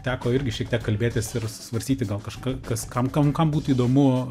teko irgi šiek tiek kalbėtis ir svarstyti gal kažką kas kam kam kam būtų įdomu